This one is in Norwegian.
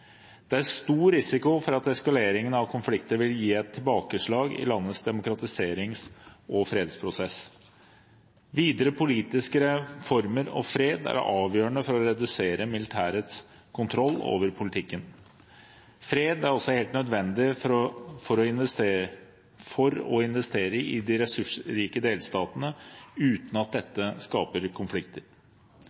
Det er stor risiko for at eskaleringen av konflikter vil gi et tilbakeslag i landets demokratiserings- og fredsprosess. Videre politiske reformer og fred er avgjørende for å redusere militærets kontroll over politikken. Fred er også helt nødvendig for å investere i de ressursrike delstatene, uten at dette skaper konflikter.